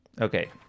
Okay